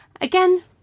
again